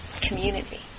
community